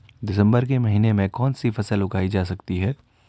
दिसम्बर के महीने में कौन सी फसल उगाई जा सकती है?